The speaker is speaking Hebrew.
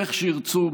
איך שירצו,